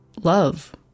love